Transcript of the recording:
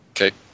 Okay